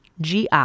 GI